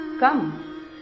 Come